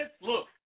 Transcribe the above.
look